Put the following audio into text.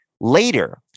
Later